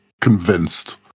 convinced